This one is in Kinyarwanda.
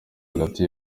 hagati